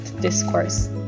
discourse